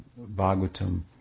Bhagavatam